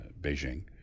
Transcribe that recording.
Beijing